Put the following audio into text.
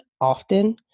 often